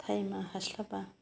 थायमा हास्लाबा